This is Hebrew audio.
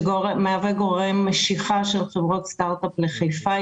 שמהווה גורם משיכה לחברות סטרט-אפ לחיפה.